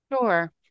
sure